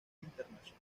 internacional